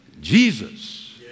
jesus